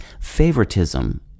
favoritism